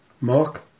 Mark